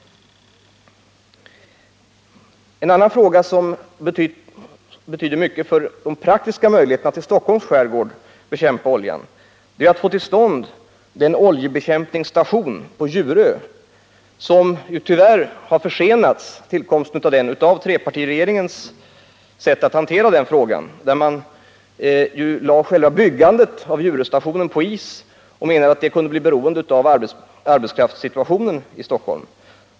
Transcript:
En annan sak som betyder mycket för de praktiska möjligheterna att bekämpa olja i Stockholms skärgård är att få till stånd den oljebekämpningsstation på Djurö, vars tillkomst tyvärr försenats på grund av trepartiregeringens sätt att hantera frågan. Själva byggandet av Djuröstationen lades på is; man menade att det kunde bli bercende av arbetskraftssituationen i Stockholm.